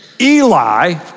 Eli